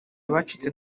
abacitse